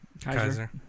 Kaiser